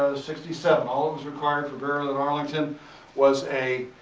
sixty seven all it was required for burial in arlington was a,